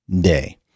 Day